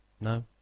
No